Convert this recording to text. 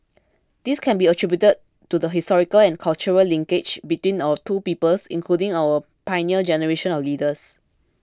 this can be attributed to the historical and cultural linkages between our two peoples including our Pioneer Generation of leaders